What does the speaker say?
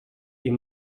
est